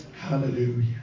Hallelujah